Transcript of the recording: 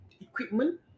equipment